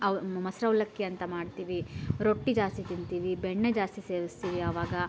ಅವು ಮೊಸ್ರು ಅವಲಕ್ಕಿಯಂತ ಮಾಡ್ತೀವಿ ರೊಟ್ಟಿ ಜಾಸ್ತಿ ತಿಂತೀವಿ ಬೆಣ್ಣೆ ಜಾಸ್ತಿ ಸೇವಿಸ್ತೀವಿ ಆವಾಗ